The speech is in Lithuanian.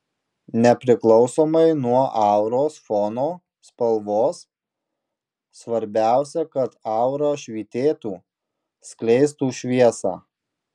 nepriklausomai nuo auros fono spalvos svarbiausia kad aura švytėtų skleistų šviesą